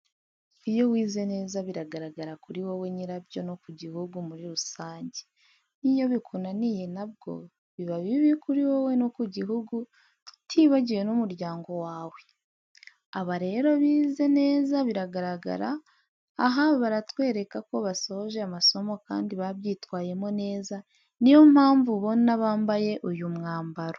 Iyo wize neza biragaragara kuri wowe nyirabyo no ku gihugu muri rusange, n'iyo bikunaniye na bwo biba bibi kuri wowe no ku gihugu, tutibagiwe n'umuryango wawe. Aba rero bize neza biragaragara, aha baratwereka ko basoje amasomo kandi babyitwayemo neza, niyo mpamvu ubona bambaye uyu mwambaro.